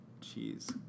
Cheese